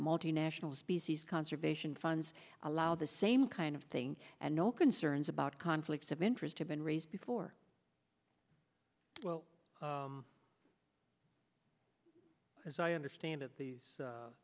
multinational species conservation funds allow the same kind of thing and no concerns about conflicts of interest have been raised before well as i understand it these